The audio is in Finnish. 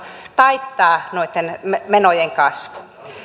taittaa noitten menojen kasvu